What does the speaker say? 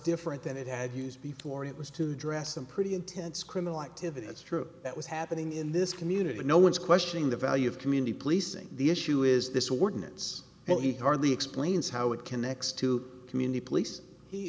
different than it had used before it was to dress some pretty intense criminal activity that's true that was happening in this community but no one is questioning the value of community policing the issue is this ordinance but he hardly explains how it connects to community police he